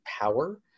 power